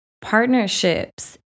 partnerships